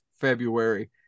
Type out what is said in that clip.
February